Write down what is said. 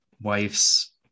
wife's